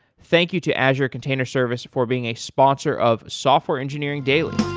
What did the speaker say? thank you to azure container service for being a sponsor of software engineering daily.